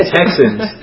Texans